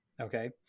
Okay